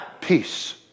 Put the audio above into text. Peace